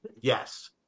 Yes